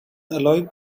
alloy